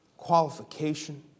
qualification